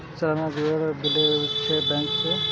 सलाना विवरण मिलै छै बैंक से?